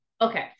Okay